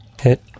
hit